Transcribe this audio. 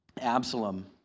Absalom